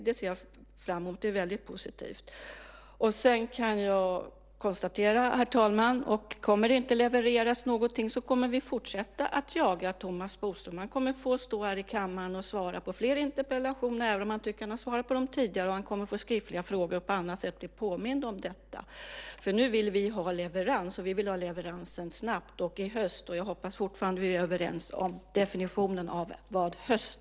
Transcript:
Det ser jag fram emot. Det är väldigt positivt. Herr talman! Sedan kan jag konstatera att om det inte kommer att levereras någonting kommer vi att fortsätta att jaga Thomas Bodström. Han kommer att få stå här i kammaren och svara på fler interpellationer även om han tycker att han har svarat på dem tidigare. Han kommer att få skriftliga frågor och på annat sätt bli påmind om detta. Nu vill vi ha leverans, och vi vill ha leveransen snabbt och i höst. Jag hoppas fortfarande att vi är överens om definitionen av höst.